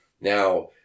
Now